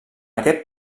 aquest